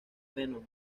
venom